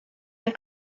room